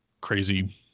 crazy